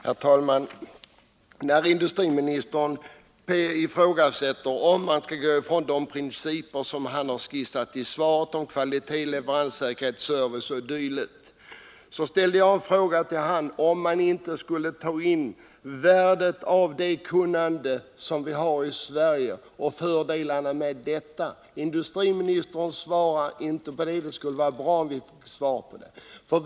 Herr talman! När industriministern ifrågasätter om man skall gå ifrån de principer han har skisserat i svaret — om kvalitet, leveranssäkerhet, service o. d. — ställer jag en fråga till honom, om man inte skall ta in värdet av det kunnande som vi har i Sverige och fördelarna med detta. Industriministern svarar inte på den frågan. Det skulle vara bra om vi fick ett svar.